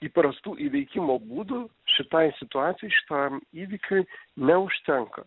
įprastų įveikimo būdų šitai situacijai šitam įvykiui neužtenka